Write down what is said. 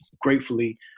gratefully